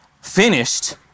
finished